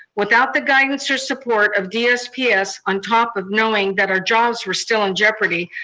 without the guidance or support of dsps, on top of knowing that our jobs were still in jeopardy,